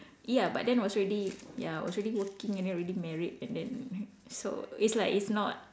ya but then was already ya was already working and then already married and then so it's like it's not